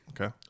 Okay